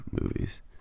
movies